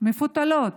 מפותלים,